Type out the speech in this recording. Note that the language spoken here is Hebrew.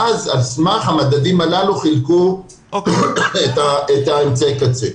ואז על סמך המדדים הללו חילקו את אמצעי הקצה.